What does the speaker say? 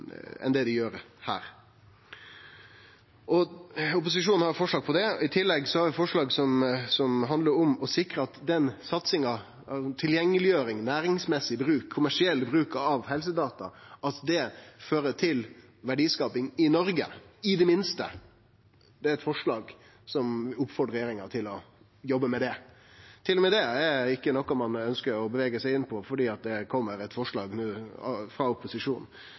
enn det ho gjer her. Opposisjonen har forslag om det. I tillegg har vi forslag som handlar om å sikre at satsing, tilgjengeleggjering, næringsmessig og kommersiell bruk av helsedata i det minste fører til verdiskaping i Noreg. Det er eit forslag vi oppfordrar regjeringa til å jobbe med. Heller ikkje det er noko ein ønskjer å bevege seg inn på fordi det no kjem eit forslag frå opposisjonen.